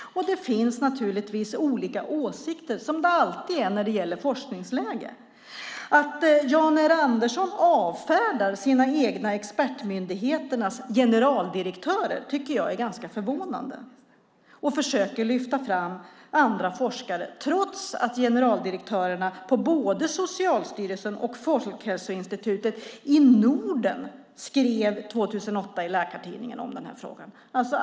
Det finns naturligtvis olika åsikter, vilket det alltid gör när det gäller forskningsläge. Att Jan R Andersson avfärdar sina egna expertmyndigheters generaldirektörer tycker jag är ganska förvånade. Han försöker lyfta fram andra forskare trots att motsvarigheterna till generaldirektörerna på både Socialstyrelsen och Folkhälsoinstitutet i Norden skrev om den här frågan i Läkartidningen 2008.